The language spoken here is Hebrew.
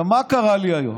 עכשיו, מה קרה לי היום?